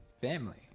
Family